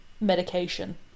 medication